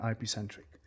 IP-centric